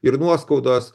ir nuoskaudos